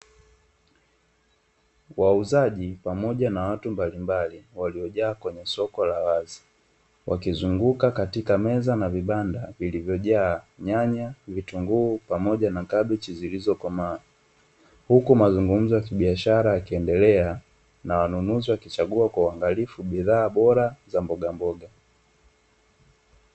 Wauzaji pamoja na watu mbalimbali waliojaa kwenye soko la wazi, wakizunguka katika meza na vibanda vilivojaa nyanya, vitunguu pamoja na kabichi zilizokomaa, huku mazungumzo ya kibiashara yakiendekea na wanunuzi wakichagua kwa uangalifu bidhaa bora za mbogamboga.